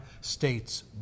states